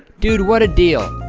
dude, what a deal.